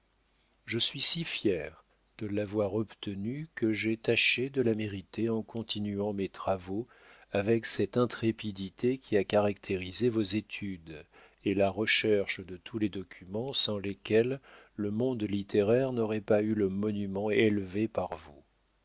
je suis si fier de l'avoir obtenue que j'ai tâché de la mériter en continuant mes travaux avec cette intrépidité qui a caractérisé vos études et la recherche de tous les documents sans lesquels le monde littéraire n'aurait pas eu le monument élevé par vous